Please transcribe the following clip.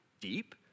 deep